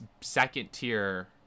second-tier